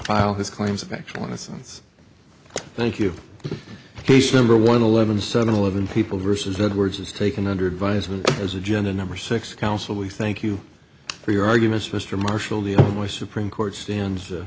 file his claims of actual innocence thank you case number one eleven seven eleven people versus edwards is taken under advisement as agenda number six council we thank you for your arguments mr marshall the other way supreme court stands